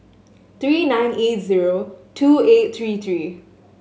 three nine eight zero two eight three three